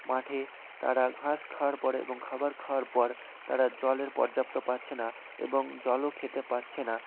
মাঠে তারা ঘাস খাওয়ার পরে এবং খাবার খাওয়ার পর তারা জলের পর্যাপ্ত পাচ্ছে না এবং জলও খেতে পাচ্ছে না